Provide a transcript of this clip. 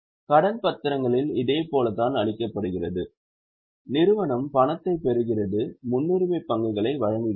கடன் பத்திரங்களின் இதே போலத்தான் அளிக்கப்படுகிறது நிறுவனம் பணத்தைப் பெறுகிறது முன்னுரிமை பங்குகளை வழங்குகிறது